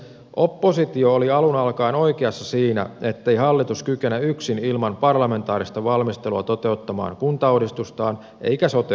oppositio oli alun alkaen oikeassa siinä ettei hallitus kykene yksin ilman parlamentaarista valmistelua toteuttamaan kuntauudistustaan eikä sote uudistustaan